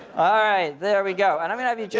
ah right, there we go. and i'm gonna have you yeah,